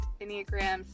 Enneagrams